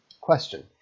Question